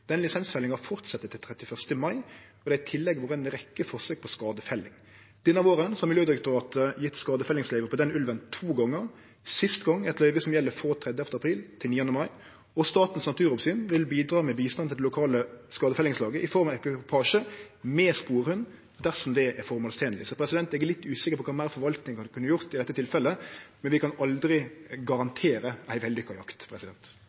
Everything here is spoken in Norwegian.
tillegg vore ei rekkje forsøk på skadefelling. Denne våren har Miljødirektoratet gjeve skadefellingsløyve på den ulven to gonger – sist gong eit løyve som gjeld frå 30. april til 9. mai, og Statens naturoppsyn vil bidra med bistand til det lokale skadefellingslaget i form av ekvipasje med sporhund dersom det er føremålstenleg. Eg er litt usikker på kva meir forvaltinga kunne gjort i dette tilfellet, men vi kan aldri